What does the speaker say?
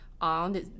On